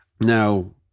Now